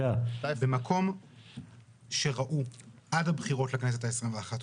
במקום שראו עד הבחירות לכנסת ה-21,